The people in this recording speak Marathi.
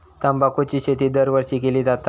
तंबाखूची शेती दरवर्षी केली जाता